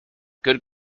good